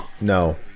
No